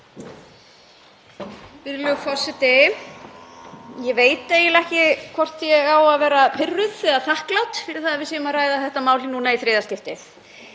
forseti. Ég veit eiginlega ekki hvort ég á að vera pirruð eða þakklát fyrir það að við séum að ræða þetta mál núna í þriðja skiptið,